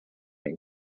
and